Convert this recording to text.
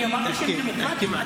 אני אמרתי שהם דמוקרטים?